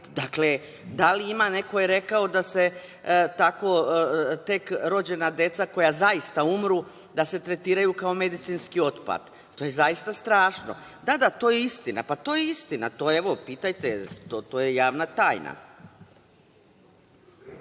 Dakle, da li ima, neko je rekao da se tako tek rođena deca koja zaista umru, da se tretiraju kao medicinski otpad. To je zaista strašno. Da, to je istina, pitajte, to je javna tajna.